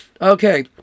Okay